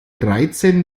dreizehn